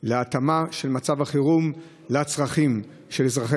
להתאמה של מצב החירום לצרכים של אזרחי